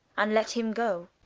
and let him go.